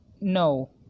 No